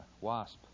wasp